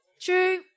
True